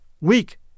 Weak